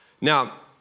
Now